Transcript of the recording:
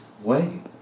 Wait